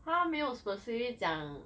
他没有 specific 讲